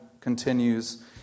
continues